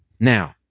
now,